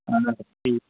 اَہن حظ ٹھیٖک